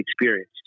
experience